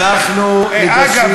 אגב,